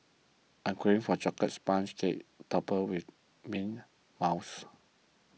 I am craving for a Chocolate Sponge Cake Topped with Mint Mousse